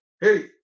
hey